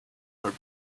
her